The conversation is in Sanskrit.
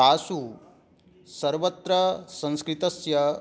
तासु सर्वत्र संस्कृतस्य